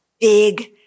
big